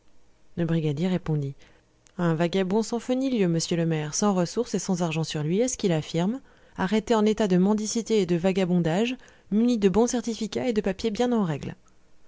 le brigadier répondit un vagabond sans feu ni lieu monsieur le maire sans ressources et sans argent sur lui à ce qu'il affirme arrêté en état de mendicité et de vagabondage muni de bons certificats et de papiers bien en règle